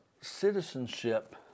citizenship